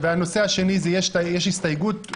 הנושא השני, יש הסתייגות.